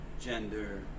gender